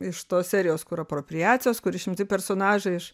iš tos serijos kur apropriacijos kur išimti personažai iš